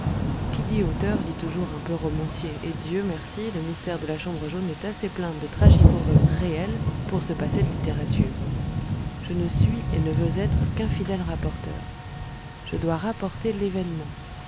qui dit auteur dit toujours un peu romancier et dieu merci le mystère de la chambre jaune est assez plein de tragique horreur réelle pour se passer de littérature je ne suis et ne veux être qu'un fidèle rapporteur je dois rapporter l'événement